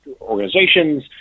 organizations